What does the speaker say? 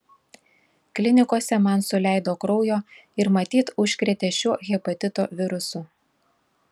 klinikose man suleido kraujo ir matyt užkrėtė šiuo hepatito virusu